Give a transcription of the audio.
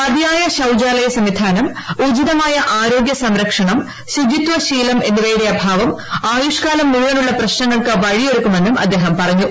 മതിയായ ശൌചാലയ സംവിധാനം ഉചിതമായ ആരോഗ്യ സംരക്ഷണം ശുചിത്വശീലം എന്നിവയുടെ അഭാവം ആയുഷ്കാലം മുഴുവനുള്ള പ്രശ്നങ്ങൾക്ക് വഴിയൊരുക്കുമെന്നും അദ്ദേഹം പറഞ്ഞു